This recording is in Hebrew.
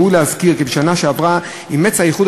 ראוי להזכיר כי בשנה שעברה אימץ האיחוד